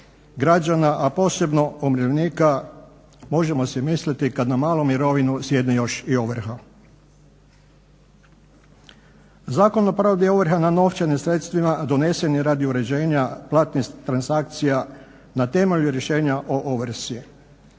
građana, a posebno umirovljenika. Možemo si misliti kad na malu mirovinu sjedne još i ovrha. Zakon o provedbi ovrha na novčanim sredstvima donesen je radi uređenja platnih transakcija na temelju rješenja o ovrsi.